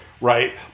Right